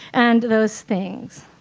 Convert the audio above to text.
and those things.